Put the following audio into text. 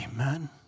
Amen